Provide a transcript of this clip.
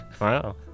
Wow